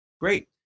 great